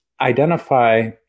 identify